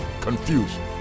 confusion